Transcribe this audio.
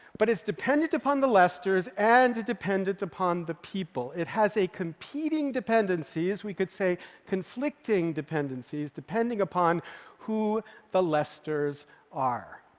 but it's dependent upon the lesters and dependent upon the people. it has competing dependencies, we could say conflicting dependencies, depending upon who the lesters are.